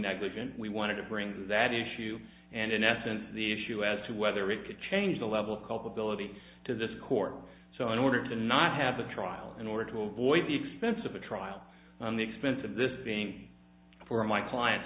negligent we wanted to bring that issue and in essence the issue as to whether it could change the level of culpability to this court so in order to not have a trial in order to avoid the expense of a trial on the expense of this being for my client